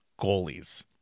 goalies